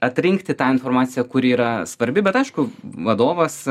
atrinkti tą informaciją kuri yra svarbi bet aišku vadovas